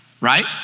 right